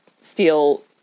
steal